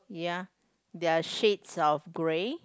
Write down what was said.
ya there are shades of gray